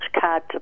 card